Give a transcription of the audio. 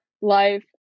life